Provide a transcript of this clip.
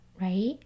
right